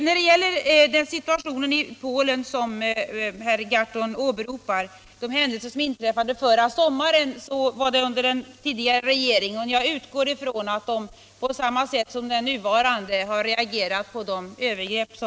När det gäller den situation i Polen som herr Gahrton åberopar baserar sig denna på händelser som inträffade förra sommaren, således under den förra regeringens tid, och jag utgår ifrån att den förra regeringen på samma sätt som den nuvarande reagerade mot dessa övergrepp.